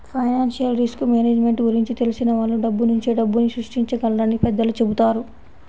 financial risk management గురించి తెలిసిన వాళ్ళు డబ్బునుంచే డబ్బుని సృష్టించగలరని పెద్దలు చెబుతారు